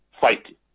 Fight